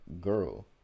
girl